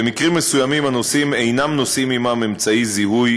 במקרים מסוימים הנוסעים אינם נושאים עמם אמצעי זיהוי